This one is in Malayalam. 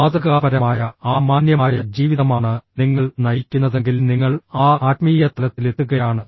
മാതൃകാപരമായ ആ മാന്യമായ ജീവിതമാണ് നിങ്ങൾ നയിക്കുന്നതെങ്കിൽ നിങ്ങൾ ആ ആത്മീയ തലത്തിലെത്തുകയാണ്